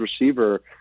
receiver